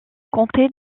comté